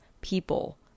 people